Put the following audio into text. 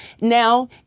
Now